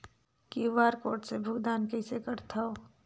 QR code से भुगतान कइसे करथव?